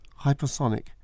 hypersonic